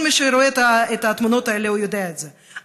כל מי שרואה את התמונות האלה יודע את זה,